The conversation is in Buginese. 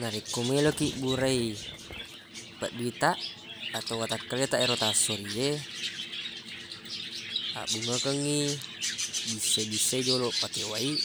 Narekko meloq kiq burai peddi taq ato watakkaletaq ero tassori e abbungekengngi bissai-bissai joloq pake wai